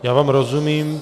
Já vám rozumím.